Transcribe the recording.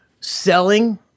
selling